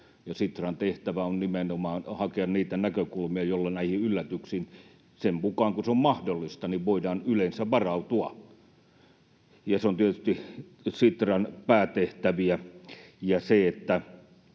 Sitran tehtävä on nimenomaan hakea niitä näkökulmia, joilla näihin yllätyksiin — sen mukaan kuin se on mahdollista — voidaan yleensä varautua. Se on tietysti Sitran päätehtäviä, ja se, että